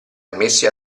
ammessi